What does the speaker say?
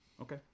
Okay